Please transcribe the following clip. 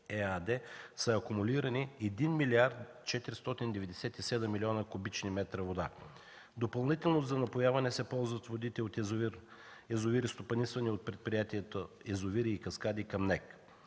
са акумулирани 1 млрд. 497 млн. куб. м вода. Допълнително за напояване се ползват водите от язовири, стопанисвани от предприятието „Язовири и каскади” към НЕК.